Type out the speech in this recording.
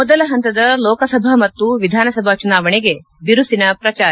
ಮೊದಲ ಪಂತದ ಲೋಕಸಭಾ ಮತ್ತು ವಿಧಾನಸಭಾ ಚುನಾವಣೆಗೆ ಬಿರುಸಿನ ಪ್ರಜಾರ